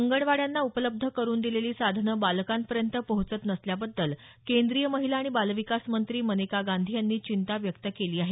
अंगणवाड्यांना उपलब्ध करुन दिलेली साधनं बालकांपर्यंत पोहोचत नसल्याबद्दल केंद्रीय महिला आणि बालविकास मंत्री मेनका गांधी यांनी चिंता व्यक्त केली आहे